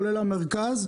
כולל המרכז,